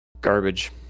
Garbage